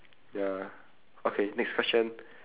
ya okay next question